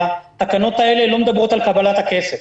שהתקנות האלה לא מדברות על קבלת הכסף.